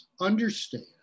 understand